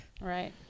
Right